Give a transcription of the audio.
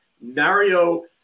Mario